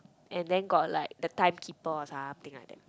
and then got like the timekeeper or something like that